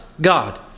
God